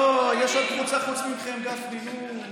לא, יש עוד קבוצה חוץ מכם, גפני, נו,